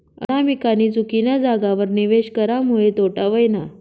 अनामिकानी चुकीना जागावर निवेश करामुये तोटा व्हयना